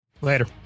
Later